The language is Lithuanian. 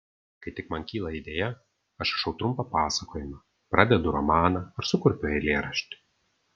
kai tik man kyla idėja aš rašau trumpą pasakojimą pradedu romaną ar sukurpiu eilėraštį